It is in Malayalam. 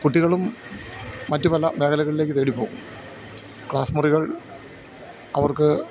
കുട്ടികളും മറ്റു പല മേഖലകളിലേക്ക് തേടിപ്പോവും ക്ലാസ് മുറികൾ അവർക്ക്